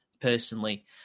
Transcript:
personally